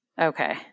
Okay